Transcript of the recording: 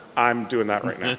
i'm doing that right now.